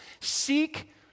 Seek